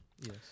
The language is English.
Yes